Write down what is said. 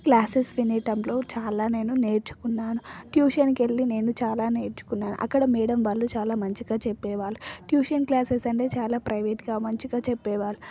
classes వినే టైంలో చాలా నేను నేర్చుకున్నాను ట్యూషన్కి వెళ్ళి నేను చాలా నేర్చుకున్నాను అక్కడ మేడమ్ వాళ్ళు చాలా మంచిగా చెప్పేవాళ్ళు ట్యూషన్ క్లాసెస్ అంటే చాలా ప్రైవేట్గా మంచిగా చెప్పేవారు